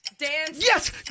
Yes